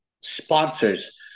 sponsors